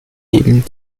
eben